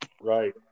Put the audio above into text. right